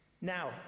Now